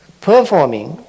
performing